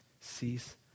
cease